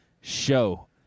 show